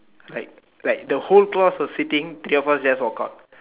like like the whole class was sitting three of us just walk out